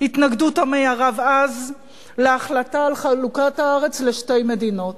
התנגדות עמי ערב אז להחלטה על חלוקת הארץ לשתי מדינות,